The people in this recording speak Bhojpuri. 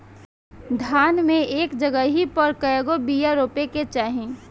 धान मे एक जगही पर कएगो बिया रोपे के चाही?